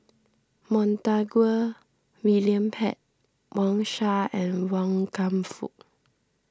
Montague William Pett Wang Sha and Wan Kam Fook